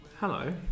Hello